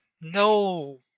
no